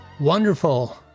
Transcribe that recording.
wonderful